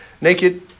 naked